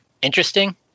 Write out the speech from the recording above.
Interesting